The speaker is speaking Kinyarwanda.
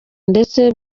ndetse